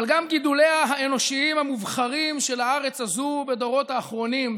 אבל גם גידוליה האנושיים המובחרים של הארץ הזו בדורות האחרונים,